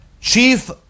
chief